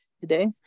today